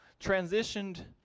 transitioned